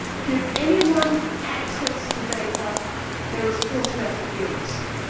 give anyone access to data there is automatically a risk.